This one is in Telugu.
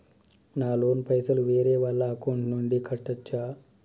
నా లోన్ పైసలు వేరే వాళ్ల అకౌంట్ నుండి కట్టచ్చా?